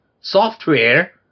software